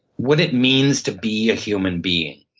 what it means to be a human being,